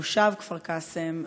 תושב כפר קאסם,